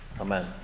Amen